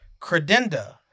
credenda